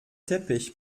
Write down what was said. teppich